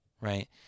right